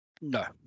No